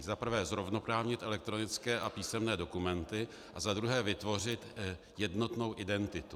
Za prvé zrovnoprávnit elektronické a písemné dokumenty a za druhé vytvořit jednotnou identitu.